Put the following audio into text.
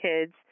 Kids